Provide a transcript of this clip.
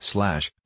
Slash